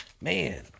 Man